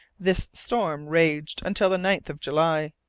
this storm raged until the ninth of july,